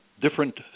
different